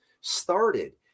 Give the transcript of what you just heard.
started